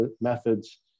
methods